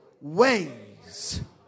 ways